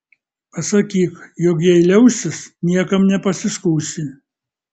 pasakyk jog jei liausis niekam nepasiskųsi